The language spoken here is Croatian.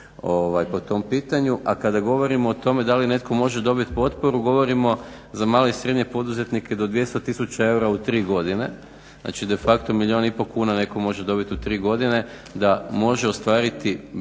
po tom pitanju. A kada govorimo o tome da li netko može dobit potporu govorimo za male i srednje poduzetnike do 200000 eura u tri godine. Znači, de facto milijun i pol kuna netko može dobit u 3 godine da može ostvariti potporu